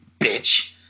bitch